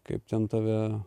kaip ten tave